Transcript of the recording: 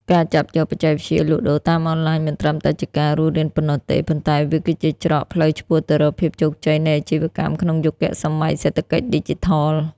ការចាប់យកបច្ចេកវិទ្យាលក់ដូរតាមអនឡាញមិនត្រឹមតែជាការរស់រានប៉ុណ្ណោះទេ ប៉ុន្តែវាគឺជាច្រកផ្លូវឆ្ពោះទៅរកភាពជោគជ័យនៃអាជីវកម្មក្នុងយុគសម័យសេដ្ឋកិច្ចឌីជីថល។